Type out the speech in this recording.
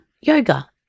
yoga